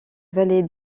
vallée